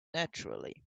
naturally